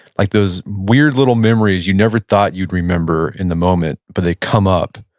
like those weird little memories you never thought you'd remember in the moment, but they come up,